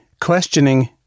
Questioning